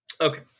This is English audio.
Okay